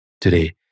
today